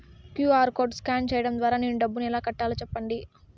QR code scan సేయడం ద్వారా నేను డబ్బును ఎలా కట్టాలో సెప్పండి?